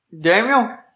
Daniel